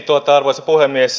arvoisa puhemies